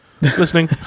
listening